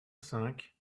cinq